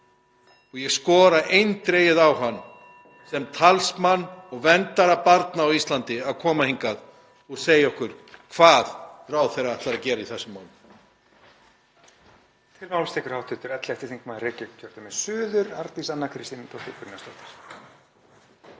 Ég skora eindregið á hann, sem talsmann og verndara barna á Íslandi, að koma hingað og segja okkur hvað ráðherra ætlar að gera í þessum málum.